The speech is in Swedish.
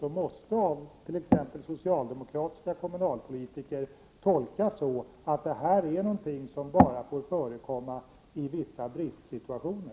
Det måste av t.ex. socialdemokratiska kommunalpolitiker tolkas så, att utnyttjande av privata utbildningsföretag är någonting som bara får förekomma i vissa bristsituationer.